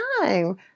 time